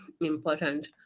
important